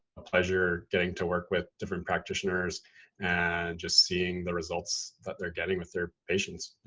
a pleasure getting to work with different practitioners and just seeing the results that they're getting with their patients.